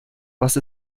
was